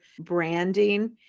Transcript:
branding